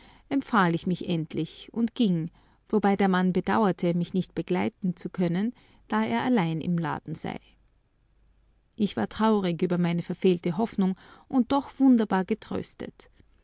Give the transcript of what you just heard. empfahl ich mich endlich und ging wobei der mann bedauerte mich nicht begleiten zu können da er allein im laden sei ich war traurig über meine verfehlte hoffnung und doch wunderbar getröstet